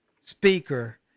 speaker